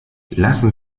lassen